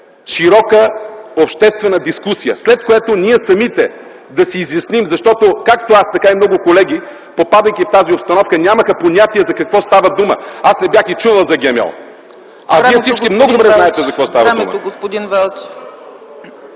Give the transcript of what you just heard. широка обществена дискусия, след което самите ние да си изясним, защото както аз, така и много колеги, попадайки в тази обстановка, нямахме понятие за какво става дума. Аз не бях и чувал за ГМО, а всички вие много добре знаете за какво става дума.